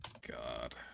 God